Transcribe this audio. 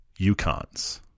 Yukons